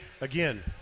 Again